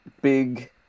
big